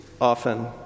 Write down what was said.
often